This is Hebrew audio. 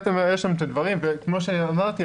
כמו שאמרתי,